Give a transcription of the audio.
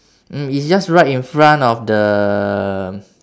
mm it's just right in front of the